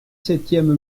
septième